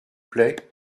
plait